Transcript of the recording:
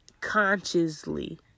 consciously